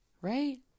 right